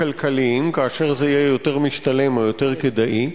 כלכליים: כאשר זה יהיה יותר משתלם או יותר כדאי.